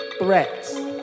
Threats